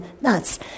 nuts